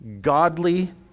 godly